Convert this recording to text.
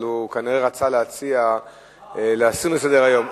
אבל הוא כנראה רצה להציע להסיר מסדר-היום.